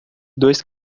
dois